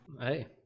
hey